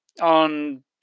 on